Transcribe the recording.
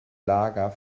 lager